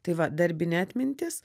tai va darbinė atmintis